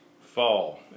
fall